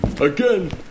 Again